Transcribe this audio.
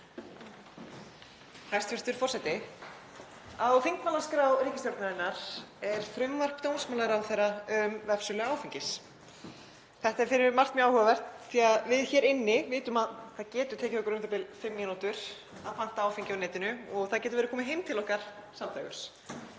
Hæstv. forseti. Á þingmálaskrá ríkisstjórnarinnar er frumvarp dómsmálaráðherra um vefsölu áfengis. Þetta er um margt mjög áhugavert því að við hér inni vitum að það getur tekið okkur u.þ.b. fimm mínútur að panta áfengi á netinu og það getur verið komið heim til okkar samdægurs.